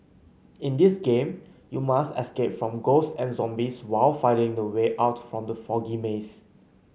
in this game you must escape from ghosts and zombies while finding the way out from the foggy maze